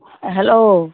hello